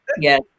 Yes